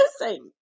missing